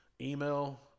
email